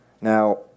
Now